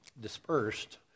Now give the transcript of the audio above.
dispersed